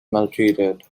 maltreated